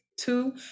Two